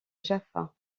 jaffa